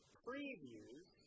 previews